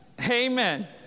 Amen